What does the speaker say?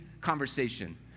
conversation